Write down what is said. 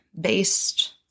based